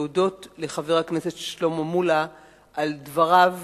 להודות לחבר הכנסת שלמה מולה על דבריו